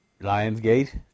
Lionsgate